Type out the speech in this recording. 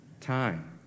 time